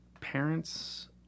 parents